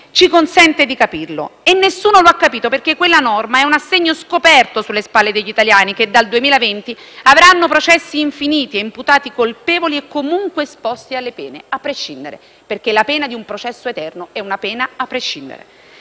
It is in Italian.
ci consente di capirlo. Nessuno lo ha capito perché quella norma è un assegno scoperto sulle spalle degli italiani, che dal 2020 avranno processi infiniti e imputati colpevoli e comunque esposti alle pene a prescindere, perché la pena di un processo eterno è una pena a prescindere.